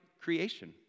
creation